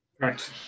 Right